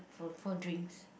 for for drinks